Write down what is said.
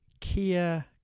Kia